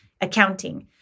accounting